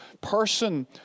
person